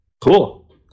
Cool